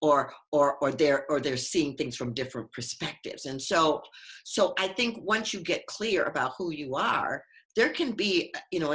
or or or there or they're seeing things from different perspectives and so so i think once you get clear about who you are there can be you know